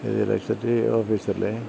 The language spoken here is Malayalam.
ഇത് ഇലക്ട്രിസിറ്റി ഓഫീസ് അല്ലേ